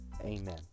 amen